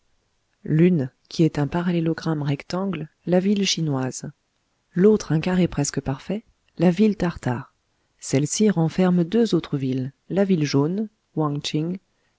l'une qui est un parallélogramme rectangle la ville chinoise l'autre un carré presque parfait la ville tartare celle-ci renferme deux autres villes la ville jaune